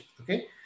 okay